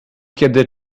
kiedy